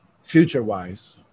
future-wise